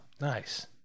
Nice